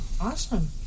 awesome